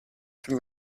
from